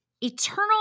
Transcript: Eternal